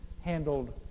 handled